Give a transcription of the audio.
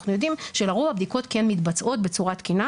אנחנו יודעים שלרוב הבדיקות כן מתבצעות בצורה תקינה